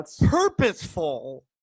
purposeful